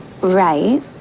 Right